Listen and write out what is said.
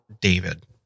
David